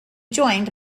joined